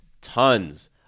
tons